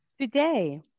Today